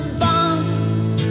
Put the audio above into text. bonds